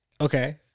Okay